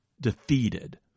defeated